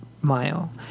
mile